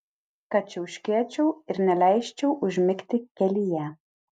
kad čiauškėčiau ir neleisčiau užmigti kelyje